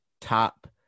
top